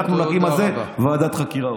אנחנו עוד נקים על זה ועדת חקירה.